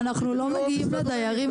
אנחנו לא מגיעים לדיירים,